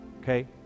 Okay